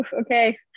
okay